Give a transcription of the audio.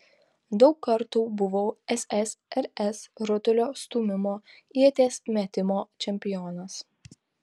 daug kartų buvau ssrs rutulio stūmimo ieties metimo čempionas